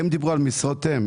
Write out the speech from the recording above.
הם דיברו על משרות אם.